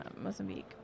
Mozambique